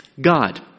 God